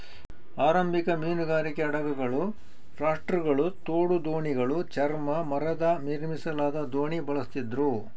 ಆರಂಭಿಕ ಮೀನುಗಾರಿಕೆ ಹಡಗುಗಳು ರಾಫ್ಟ್ಗಳು ತೋಡು ದೋಣಿಗಳು ಚರ್ಮ ಮರದ ನಿರ್ಮಿಸಲಾದ ದೋಣಿ ಬಳಸ್ತಿದ್ರು